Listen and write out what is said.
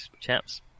chaps